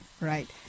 Right